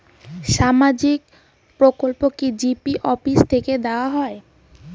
সামাজিক প্রকল্প কি জি.পি অফিস থেকে দেওয়া হয়?